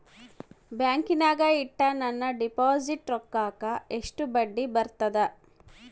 ಬ್ಯಾಂಕಿನಾಗ ಇಟ್ಟ ನನ್ನ ಡಿಪಾಸಿಟ್ ರೊಕ್ಕಕ್ಕ ಎಷ್ಟು ಬಡ್ಡಿ ಬರ್ತದ?